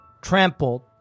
Trampled